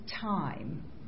time